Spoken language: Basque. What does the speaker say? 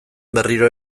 berriro